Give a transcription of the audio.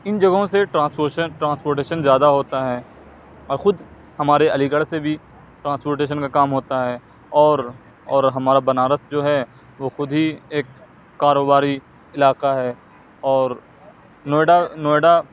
ان جگہوں سے ٹرانسپوشن ٹرانسپورٹیشن زیادہ ہوتا ہے اور خود ہمارے علی گڑھ سے بھی ٹرانسپورٹیشن کا کام ہوتا ہے اور اور ہمارا بنارس جو ہے وہ خود ہی ایک کاروباری علاقہ ہے اور نوئیڈا نوئیڈا